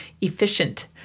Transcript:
efficient